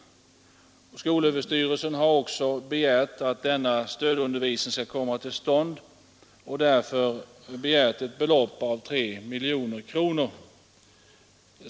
Skolöverstyrelsen har också föreslagit att denna stödundervisning skall komma till stånd och därför begärt ett belopp av 3 miljoner kronor.